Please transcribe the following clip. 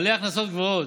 בעלי הכנסות גבוהות,